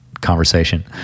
conversation